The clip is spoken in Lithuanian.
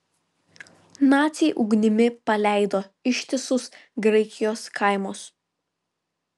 naciai ugnimi paleido ištisus graikijos kaimus